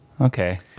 okay